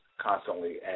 constantly